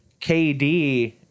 kd